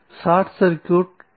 short circuit current